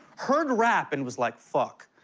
heard rap and was like, fuck,